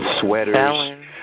sweaters